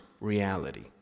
reality